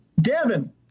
Devin